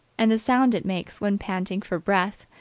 and the sound it makes when panting for breath,